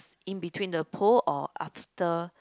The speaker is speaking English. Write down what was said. in between the pole or after